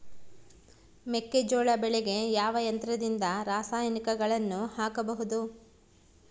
ಮೆಕ್ಕೆಜೋಳ ಬೆಳೆಗೆ ಯಾವ ಯಂತ್ರದಿಂದ ರಾಸಾಯನಿಕಗಳನ್ನು ಹಾಕಬಹುದು?